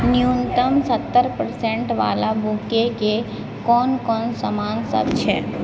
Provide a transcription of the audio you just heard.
न्यूनतम सत्तर परसेंट बाला बूकेके कोन कोन समान सब छै